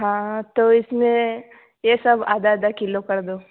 हाँ तो इसमें ये सब आधा आधा किलो कर दो